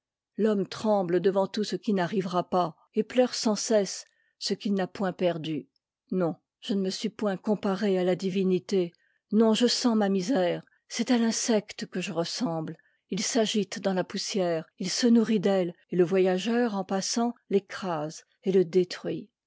l'homme tremble devant tout ce qui n'arrivera pas et pleure sans cesse ce qu'il n'a point perdu non je ne me suis point comparé à la divinité non je sens ma misère c'est à l'insecte que je ressembte il s'agite dans la poussière il se nourrit d'elle et le voyageur en passant l'écrase et le détruit